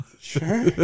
Sure